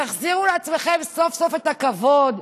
תחזירו לעצמכם סוף-סוף את הכבוד?